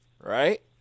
right